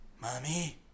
Mommy